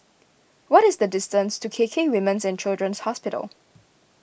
what is the distance to K K Women's and Children's Hospital